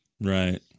Right